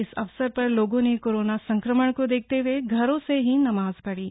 इस अवसर पर लोगो ने कोरोना संक्रमण को देखते हए घरों से ही नमाज पढ़ी